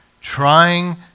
trying